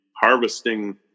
harvesting